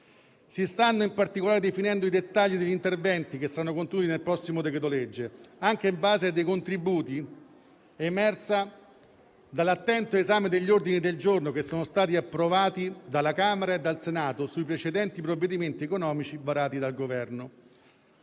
Si stanno in particolare definendo i dettagli degli interventi che saranno contenuti nel prossimo decreto-legge, anche sulla base dei contributi emersi dall'attento esame degli ordini del giorno che sono stati approvati dalla Camera e dal Senato sui precedenti provvedimenti economici varati dal Governo.